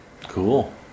Cool